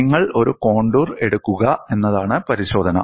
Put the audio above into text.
നിങ്ങൾ ഒരു കോണ്ടൂർ എടുക്കുക എന്നതാണ് പരിശോധന